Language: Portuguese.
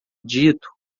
dito